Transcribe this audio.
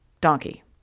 Donkey